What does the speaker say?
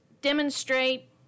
demonstrate